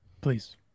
Please